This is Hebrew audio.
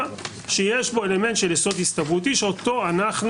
שיש בו אלמנט של יסוד הסתברותי שאותו אנחנו,